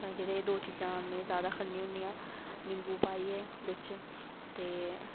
एह् दो चीजां जादा खन्ने होन्ने आं निम्बू पाइयै बिच ते